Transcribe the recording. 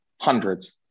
hundreds